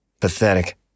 Pathetic